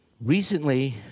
Recently